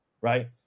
right